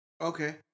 Okay